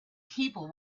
people